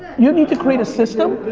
you need to create a system